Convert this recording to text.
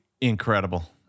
Incredible